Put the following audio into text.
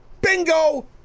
Bingo